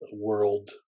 world